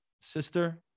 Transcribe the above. sister